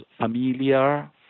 familiar